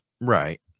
right